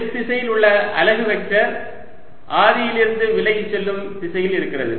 s திசையில் உள்ள அலகு வெக்டர் ஆதியிலிருந்து விலகிச் செல்லும் திசையில் இருக்கிறது